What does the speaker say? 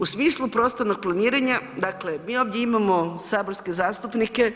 U smislu prostornog planiranja, dakle mi ovdje imamo saborske zastupnike